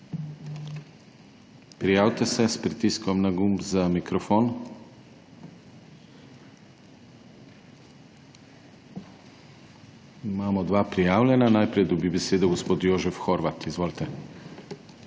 Prijavite se s pritiskom za gumb na mikrofon. Imamo dva prijavljena. Najprej dobi besedo gospod Jožef Horvat, izvolite.